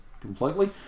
completely